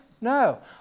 No